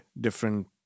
different